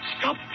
Stop